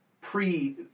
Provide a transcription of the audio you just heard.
pre